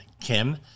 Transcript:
Kim